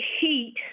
heat